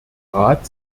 rat